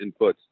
inputs